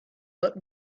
but